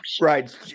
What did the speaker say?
Right